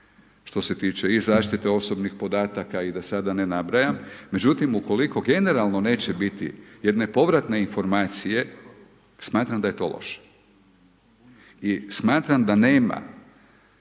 što se tiče i zaštite osobnih podataka i da sada ne nabrajam, međutim ukoliko generalno neće biti jedne povratne informacije, smatram da je to loše. I smatram da nema